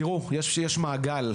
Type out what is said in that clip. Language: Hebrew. תראו, יש מעגל.